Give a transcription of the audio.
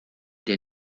der